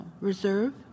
reserve